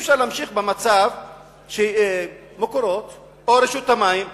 אי-אפשר להמשיך במצב ש"מקורות" או רשות המים,